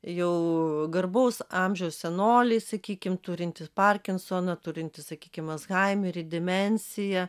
jau garbaus amžiaus senoliai sakykim turintys parkinsoną turintys sakykim alzhaimerį demensiją